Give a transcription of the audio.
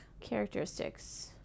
Characteristics